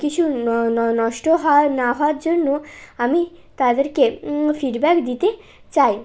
কিছু নষ্ট হওয়া না হওয়ার জন্য আমি তাদেরকে ফিডব্যাক দিতে চাই